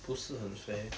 不是很肥